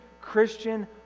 Christian